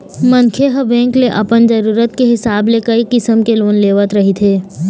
मनखे ह बेंक ले अपन जरूरत के हिसाब ले कइ किसम के लोन लेवत रहिथे